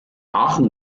aachen